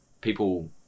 people